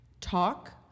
talk